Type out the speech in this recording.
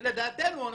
לדעתנו,